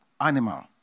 animal